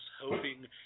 hoping